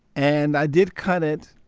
and i did cut it,